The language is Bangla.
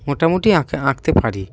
মোটামুটি আঁকে আঁকতে পারি